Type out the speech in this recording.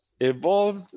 evolved